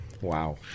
Wow